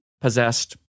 possessed